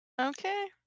okay